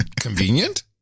Convenient